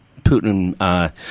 putin